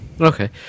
Okay